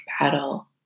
battle